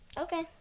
Okay